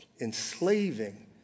enslaving